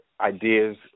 ideas